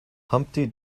humpty